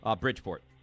Bridgeport